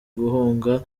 guhunga